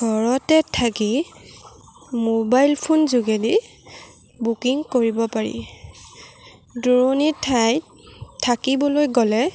ঘৰতে থাকি mobile phone যোগেদি বুকিং কৰিব পাৰি দূৰণি ঠাইত থাকিবলৈ গ'লে